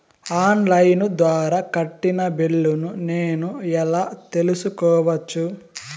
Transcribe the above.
On line ద్వారా కట్టిన బిల్లును నేను ఎలా తెలుసుకోవచ్చు?